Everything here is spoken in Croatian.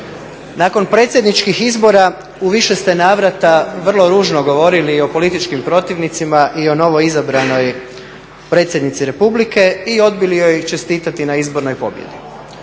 Nakon predsjedničkih izbora u više ste navrata vrlo ružno govorili o političkim protivnicima i o novoizabranoj predsjednici Republike i odbili joj čestitati na izbornoj pobjedi.